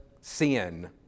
sin